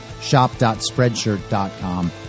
Shop.Spreadshirt.com